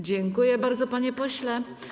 Dziękuję bardzo, panie pośle.